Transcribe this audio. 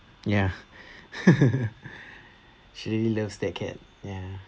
ya she really loves that cat ya